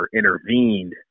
intervened